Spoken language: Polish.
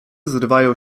zrywają